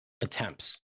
attempts